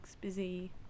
Busy